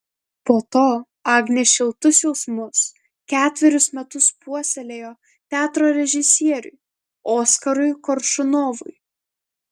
po to agnė šiltus jausmus ketverius metus puoselėjo teatro režisieriui oskarui koršunovui